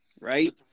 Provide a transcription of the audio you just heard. right